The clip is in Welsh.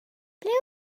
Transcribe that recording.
ble